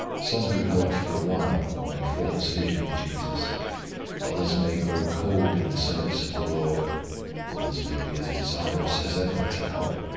some who helped for a while may fall asleep in jesus others may grow cold in the service of the lord others may be as desirous as ever to help,